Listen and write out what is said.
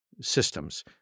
systems